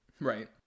Right